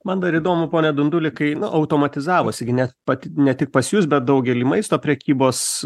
man dar įdomu pone dunduli kai na automatizavosi gi net pati ne tik pas jus bet daugelį maisto prekybos